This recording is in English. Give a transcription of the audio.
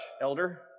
Elder